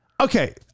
Okay